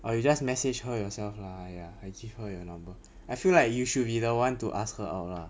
or you just message her yourself lah !aiya! I give her your number I feel like you should be the one to ask her out lah